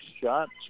shot's